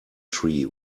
tree